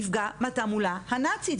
נפגע מהתעמולה הנאצית?